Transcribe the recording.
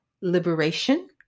liberation